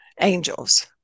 angels